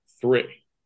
three